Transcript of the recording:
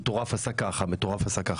מטורף עשה כך, מטורף עשה כך.